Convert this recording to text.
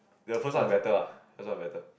the one is better ah first one is better